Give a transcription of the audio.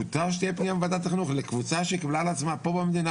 מותר שתהיה פניה מוועדת החינוך לקבוצה שקיבלה על עצמה פה במדינה,